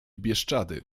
bieszczady